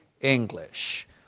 English